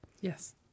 Yes